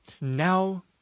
now